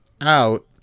out